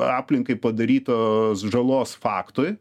aplinkai padarytos žalos faktui